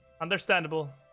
Understandable